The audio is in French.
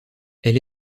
elle